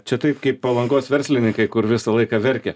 čia taip kaip palangos verslininkai kur visą laiką verkia